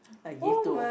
I give to